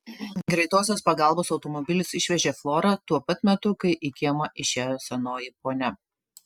greitosios pagalbos automobilis išvežė florą tuo pat metu kai į kiemą išėjo senoji ponia